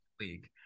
league